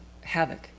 havoc